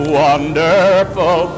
wonderful